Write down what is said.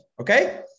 Okay